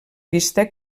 pista